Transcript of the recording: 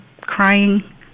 crying